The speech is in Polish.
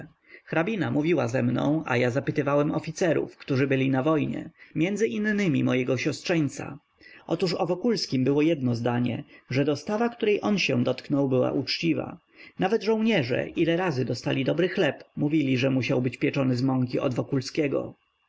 hrabina mówiła ze mną a ja zapytywałem oficerów którzy byli na wojnie między innymi mojego siostrzeńca otóż o wokulskim było jedno zdanie że dostawa której się on dotknął była uczciwa nawet żołnierze ile razy dostali dobry chleb mówili że musiał być pieczony z mąki od